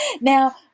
Now